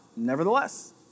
Nevertheless